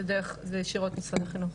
זה ישירות משרד החינוך.